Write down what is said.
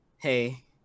Hey